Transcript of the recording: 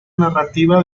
narrativa